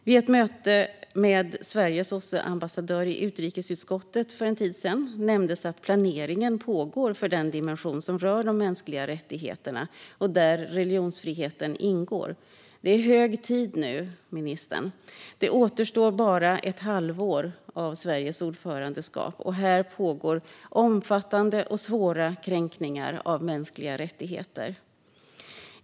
Vid ett möte med Sveriges OSSE-ambassadör i utrikesutskottet för en tid sedan nämndes att planeringen pågår för den dimension som rör de mänskliga rättigheterna, där religionsfriheten ingår. Det är hög tid nu, ministern. Det återstår bara ett halvår av Sveriges ordförandeskap, och här pågår omfattande och svåra kränkningar av mänskliga rättigheter.